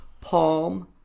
Palm